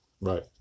Right